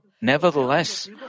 Nevertheless